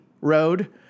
road